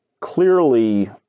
Clearly